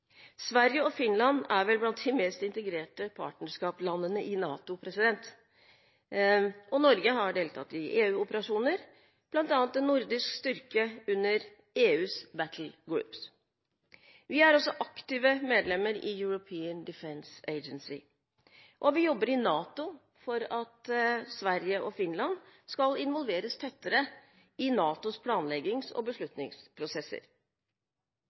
Sverige og Finland er vel blant de mest integrerte partnerskapslandene i NATO. Norge har deltatt i EU-operasjoner, bl.a. i en nordisk styrke under EUs Battle Groups. Vi er også aktive medlemmer i European Defence Agency, og vi jobber i NATO for at Sverige og Finland skal involveres tettere i NATOs planleggings- og beslutningsprosesser.